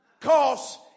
Cause